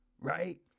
right